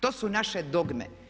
To su naše dogme.